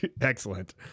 Excellent